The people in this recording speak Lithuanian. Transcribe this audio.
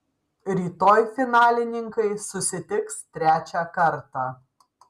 rytoj finalininkai susitiks trečią kartą